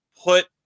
put